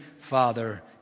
Father